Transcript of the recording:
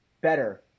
better